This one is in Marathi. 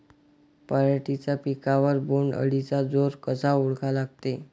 पराटीच्या पिकावर बोण्ड अळीचा जोर कसा ओळखा लागते?